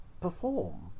perform